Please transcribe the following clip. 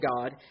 God